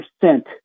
percent